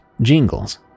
Jingles